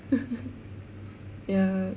ya